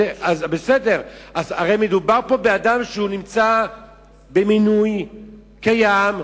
הרי מדובר פה באדם שנמצא במינוי קיים,